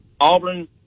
Auburn